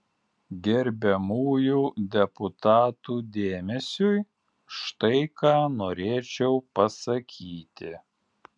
gerbiamųjų deputatų dėmesiui štai ką norėčiau pasakyti